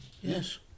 Yes